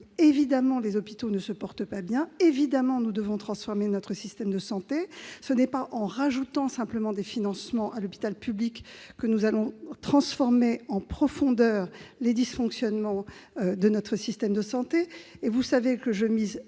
Évidemment, les hôpitaux ne se portent pas bien ; évidemment, nous devons transformer notre système de santé. Mais ce n'est pas en octroyant simplement des financements supplémentaires à l'hôpital public que nous remédierons en profondeur aux dysfonctionnements de notre système de santé.